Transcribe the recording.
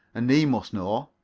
and he must know.